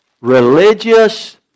religious